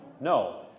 No